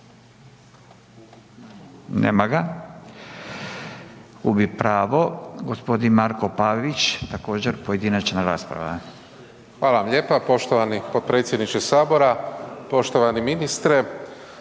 Nema ga, gubi pravo. Gospodin Marko Pavić također pojedinačna rasprava. **Pavić, Marko (HDZ)** Hvala vam lijepa. Poštovani potpredsjedniče Sabora, poštovani ministre.